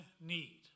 need